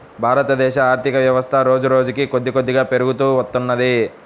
భారతదేశ ఆర్ధికవ్యవస్థ రోజురోజుకీ కొద్దికొద్దిగా పెరుగుతూ వత్తున్నది